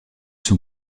sont